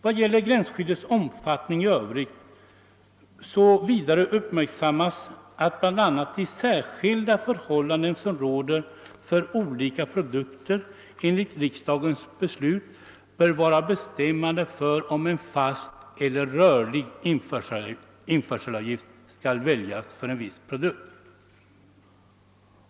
Vad gäller gränsskyddets omfattning i Öövrigt uppmärksammas vidare att bl.a. de särskilda förhållanden som råder för olika produkter enligt riksdagens beslut bör vara bestämmande för om en fast eller rörlig införselavgift skall väljas för en viss produkt.